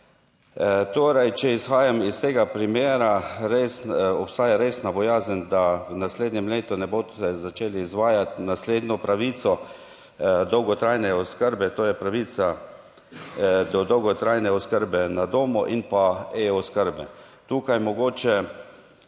Torej, če izhajam iz tega primera res obstaja resna bojazen, da v naslednjem letu ne boste začeli izvajati naslednjo pravico dolgotrajne oskrbe, to je pravica do dolgotrajne oskrbe na domu in pa e-oskrbe. Tukaj mogoče